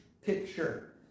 picture